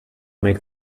make